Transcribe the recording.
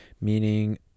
meaning